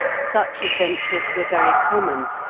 such adventures were very common,